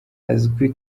azwi